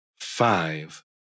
five